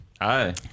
Hi